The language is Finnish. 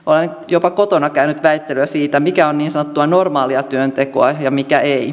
olen jopa kotona käynyt väittelyä siitä mikä on niin sanottua normaalia työntekoa ja mikä ei